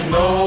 no